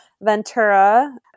Ventura